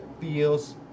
feels